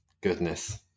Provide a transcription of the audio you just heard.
goodness